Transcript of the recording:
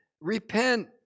Repent